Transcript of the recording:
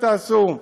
תעשו...